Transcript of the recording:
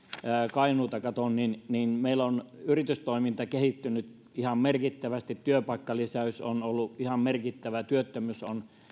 kainuuta katson niin niin meillä on yritystoiminta kehittynyt ihan merkittävästi työpaikkalisäys on ollut ihan merkittävää työttömyys on